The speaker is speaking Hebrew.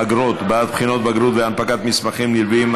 בעד בחינות בגרות והנפקת מסמכים נלווים,